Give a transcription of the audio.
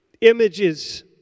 images